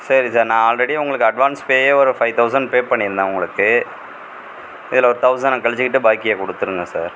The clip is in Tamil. சரி சார் நான் ஆல்ரெடி உங்களுக்கு அட்வான்ஸ் பேவே ஒரு ஃபைவ் தௌசண்ட் பே பண்ணியிருந்தேன் உங்களுக்கு இதில் ஒரு தௌசணை கழித்துகிட்டு பாக்கியை கொடுத்துருங்க சார்